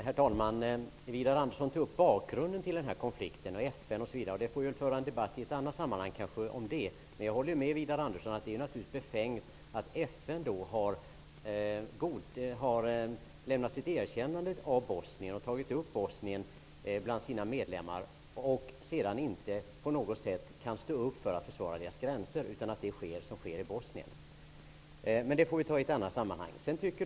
Herr talman! Widar Andersson tog upp bakgrunden till denna konflikt, FN osv. Vi kanske får föra en debatt om det i ett annat sammanhang. Jag håller med Widar Andersson att det naturligtvis är befängt att FN har lämnat sitt erkännande av Bosnien, tagit upp landet bland sina medlemmar och sedan inte på något sätt kan stå upp och försvara dess gränser, och det som sker i landet fortsätter att ske. Det får vi ta i ett annat sammanhang.